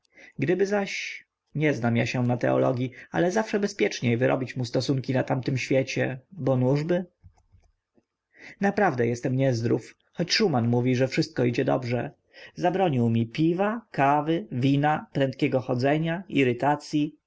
gdyby zaś nie znam ja się na teologii ale zawsze bezpieczniej wyrobić mu stosunki na tamtym świecie bo nużby naprawdę jestem niezdrów choć szuman mówi że wszystko idzie dobrze zabronił mi piwa kawy wina prędkiego chodzenia